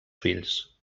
fills